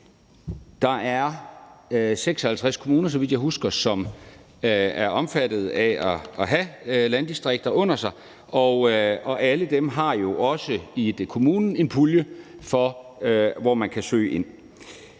husker, 56 kommuner, som er omfattet af at have landdistrikter under sig, og alle de kommuner har jo også en pulje, som man kan søge fra.